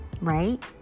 right